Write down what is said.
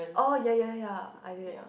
oh ya ya ya ya I did